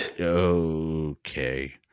okay